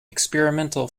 experimental